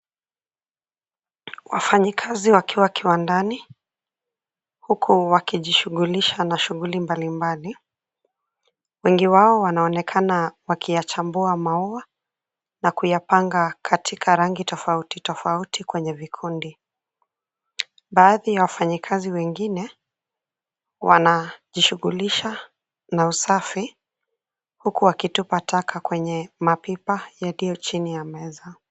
Wafanyikazi wakiwa kiwandani huku wakijishugulisha na shuguli mbalimbali. Wengi wao wanaonekana wakiyachambua maua na kuyapanga katika rangi tofauti tofauti kwenye vikundi. Baadhi ya wafanyikazi wengine, wanajishugulisha na usafi huku, wakitupa taka kwenye mapipa yaliyo chini ya meza.